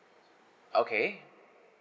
okay